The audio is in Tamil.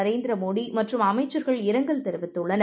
நரேந்திரமோடிமற்றும்அமைச்சர்கள்இரங்க ல்தெரிவித்துள்ளார்